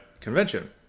convention